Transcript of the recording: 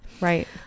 Right